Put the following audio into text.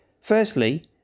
Firstly